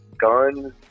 gun